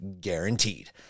guaranteed